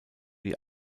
die